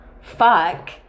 Fuck